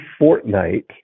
Fortnite